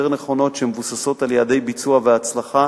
נכונות שמבוססות על יעדי ביצוע והצלחה,